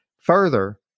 Further